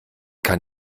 kann